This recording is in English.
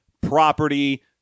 property